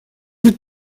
быть